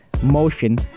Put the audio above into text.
motion